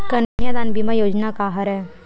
कन्यादान बीमा योजना का हरय?